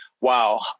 wow